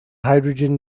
hydrogen